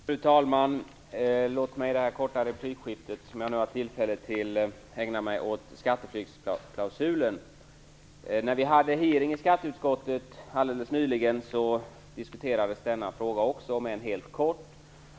Fru talman! Låt mig i det korta replikskifte som jag nu har tillfälle till ägna mig åt skatteflyktsklausulen. När vi hade en hearing i skatteutskottet alldeles nyligen diskuterades också denna fråga, om än helt kort.